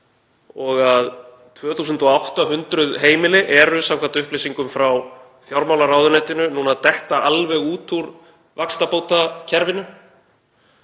og að 2.800 heimili eru samkvæmt upplýsingum frá fjármálaráðuneytinu alveg að detta út úr vaxtabótakerfinu?